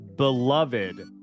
Beloved